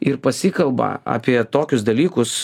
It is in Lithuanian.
ir pasikalba apie tokius dalykus